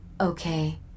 Okay